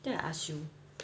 then I ask you